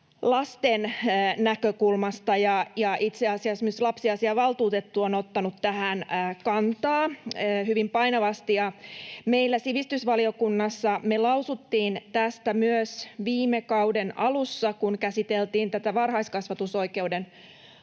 lasten näkökulmasta. Itse asiassa myös lapsiasiavaltuutettu on ottanut tähän kantaa hyvin painavasti. Me sivistysvaliokunnassa lausuttiin tästä myös viime kauden alussa, kun käsiteltiin tätä varhaiskasvatusoikeuden